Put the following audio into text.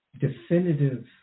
definitive